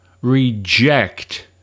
reject